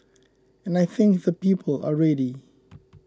and I think the people are ready